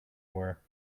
were